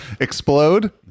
Explode